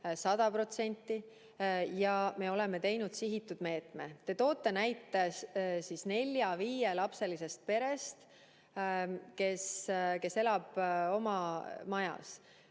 100% ja me oleme teinud ka sihitud meetme. Te toote näite nelja-viielapselisest perest, kes elab oma majas.